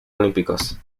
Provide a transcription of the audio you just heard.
olímpicos